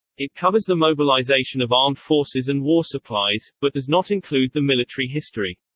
it covers the mobilization of armed forces and war supplies, but does not include the military history.